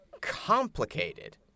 complicated